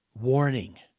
warning